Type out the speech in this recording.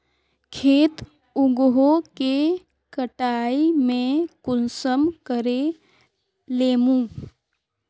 खेत उगोहो के कटाई में कुंसम करे लेमु?